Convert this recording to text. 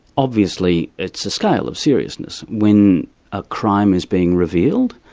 obviously it's a scale of seriousness. when a crime is being revealed,